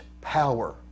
power